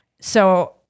So-